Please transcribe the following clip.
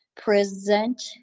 present